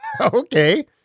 okay